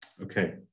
Okay